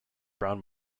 brown